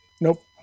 Nope